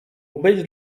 być